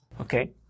Okay